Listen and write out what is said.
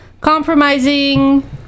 compromising